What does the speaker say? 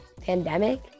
pandemic